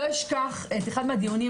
אשכח אחד מהדיונים,